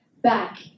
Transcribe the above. back